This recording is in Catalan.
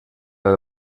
del